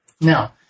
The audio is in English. Now